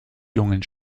jungen